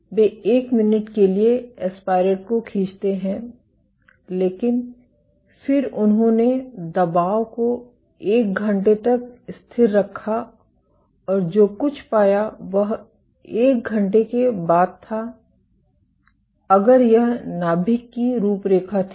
वे एक मिनट के लिए एस्पारेट को खींचते हैं लेकिन फिर उन्होंने दबाव को एक घंटे तक स्थिर रखा और जो कुछ पाया वह एक घंटे के बाद था अगर यह नाभिक की रूपरेखा थी